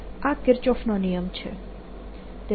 આ કિર્ચોફનો નિયમ છે